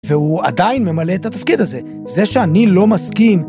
‫והוא עדיין ממלא את התפקיד הזה, ‫זה שאני לא מסכים,